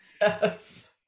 Yes